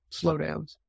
slowdowns